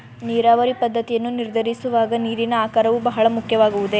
ನೀರಾವರಿ ಪದ್ದತಿಯನ್ನು ನಿರ್ಧರಿಸುವಾಗ ನೀರಿನ ಆಕಾರವು ಬಹಳ ಮುಖ್ಯವಾಗುವುದೇ?